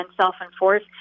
self-enforce